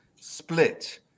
split